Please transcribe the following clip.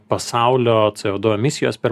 pasaulio c o du emisijos per